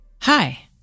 Hi